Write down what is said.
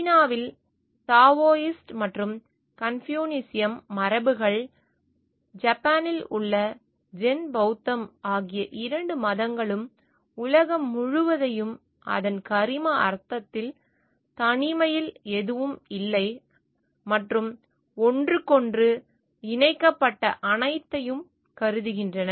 சீனாவில் தாவோயிஸ்ட் மற்றும் கன்பூசியனிசம் மரபுகள் ஜப்பானில் உள்ள ஜென் பௌத்தம் ஆகிய இரண்டு மதங்களும் உலகம் முழுவதையும் அதன் கரிம அர்த்தத்தில் தனிமையில் எதுவும் இல்லை மற்றும் ஒன்றுக்கொன்று இணைக்கப்பட்ட அனைத்தையும் கருதுகின்றன